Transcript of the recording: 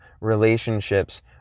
relationships